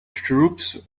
troops